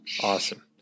awesome